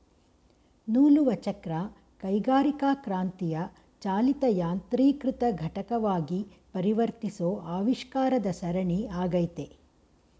ನೂಲುವಚಕ್ರ ಕೈಗಾರಿಕಾಕ್ರಾಂತಿಯ ಚಾಲಿತ ಯಾಂತ್ರೀಕೃತ ಘಟಕವಾಗಿ ಪರಿವರ್ತಿಸೋ ಆವಿಷ್ಕಾರದ ಸರಣಿ ಆಗೈತೆ